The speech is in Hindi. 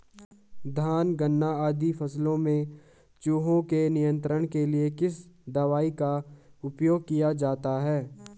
धान गन्ना आदि फसलों में चूहों के नियंत्रण के लिए किस दवाई का उपयोग किया जाता है?